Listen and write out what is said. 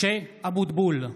(קורא בשמות חברי הכנסת) משה אבוטבול,